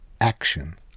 action